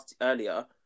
earlier